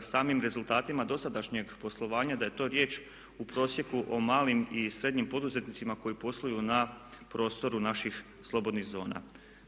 samim rezultatima dosadašnjeg poslovanja da je to riječ u prosjeku o malim i srednjim poduzetnicima koji posluju na prostoru naših slobodnih zona.